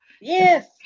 Yes